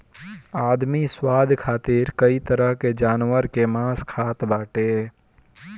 आदमी स्वाद खातिर कई तरह के जानवर कअ मांस खात बाटे